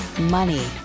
money